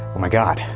oh my god,